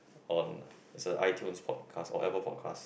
on it's an iTunes podcast or evo podcast